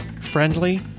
friendly